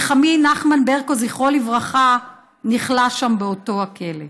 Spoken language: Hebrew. כשחמי נחמן ברקו, זכרו לברכה, נכלא שם באותו הכלא.